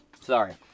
Sorry